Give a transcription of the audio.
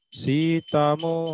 sitamo